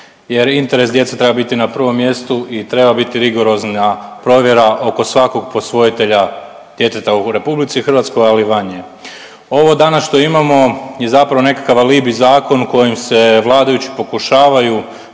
jer interes djece treba biti na prvom mjestu i treba biti rigorozna provjera oko svakog posvojitelja djeteta u RH, ali i van nje. Ovo danas što imamo je zapravo nekakav alibi zakon kojim se vladajući pokušavaju